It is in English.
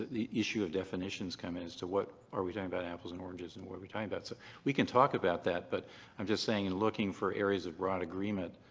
the issue of definitions come in as to what. are we talking about apples and oranges and what are we talking about? so we can talk about that, but i'm just staying and looking for areas of broad agreement,